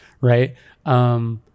Right